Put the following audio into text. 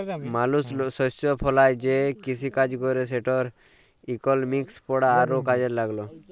মালুস শস্য ফলায় যে কিসিকাজ ক্যরে সেটর ইকলমিক্স পড়া আরও কাজে ল্যাগল